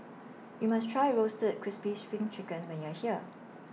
YOU must Try Roasted Crispy SPRING Chicken when YOU Are here